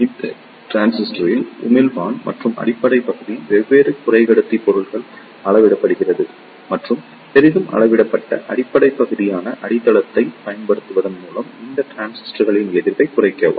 இந்த டிரான்சிஸ்டரில் உமிழ்ப்பான் மற்றும் அடிப்படை பகுதி வெவ்வேறு குறைக்கடத்தி பொருட்களால் அளவிடப்படுகிறது மற்றும் பெரிதும் அளவிடப்பட்ட அடிப்படை பகுதியான அடித்தளத்தைப் பயன்படுத்துவதன் மூலம் இந்த டிரான்சிஸ்டர்களின் எதிர்ப்பைக் குறைக்கலாம்